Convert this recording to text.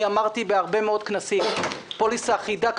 אמרתי בהרבה מאוד כנסים: פוליסה אחידה,